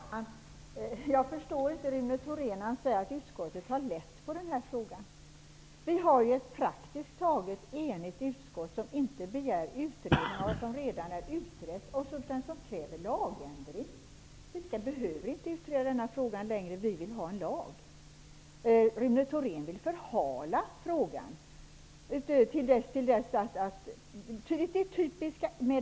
Herr talman! Jag förstår inte Rune Thorén när han säger att utskottet har tagit lätt på denna fråga. Det är ett praktiskt taget enigt utskott, som inte begär en utredning av denna fråga som redan är utredd men som kräver en lagändring. Vi skall inte behöva utreda frågan längre, vi vill ha en lag. Rune Thorén vill förhala frågan.